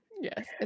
Yes